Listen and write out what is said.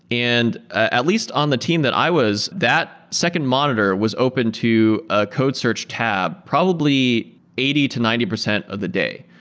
and at least on the team that i was, that second monitor was open to a code search tab probably eighty percent to ninety percent of the day.